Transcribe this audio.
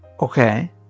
Okay